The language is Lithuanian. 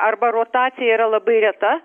arba rotacija yra labai reta